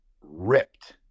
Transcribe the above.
ripped